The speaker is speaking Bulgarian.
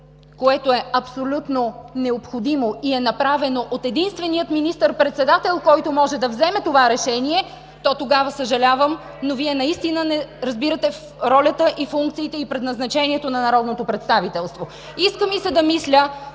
което е абсолютно необходимо и е направено от единствения министър-председател, който може да вземе това решение, то тогава съжалявам, но Вие тогава наистина не разбирате ролята, функциите и предназначението на народното представителство. (Смях и възгласи